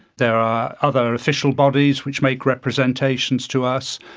there are other official bodies which make representations to us.